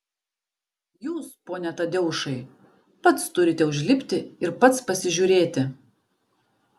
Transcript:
jūs pone tadeušai pats turite užlipti ir pats pasižiūrėti